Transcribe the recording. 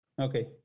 Okay